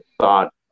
thought